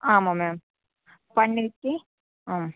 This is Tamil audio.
ஆமாம் மேம் பண்ணிவிட்டு